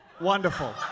Wonderful